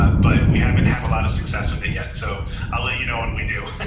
ah but we haven't had a lot of success with it yet, so i'll let you know when we do.